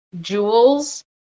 jewels